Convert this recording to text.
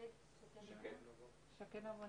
אחראי על הגידול של קיבוץ להב.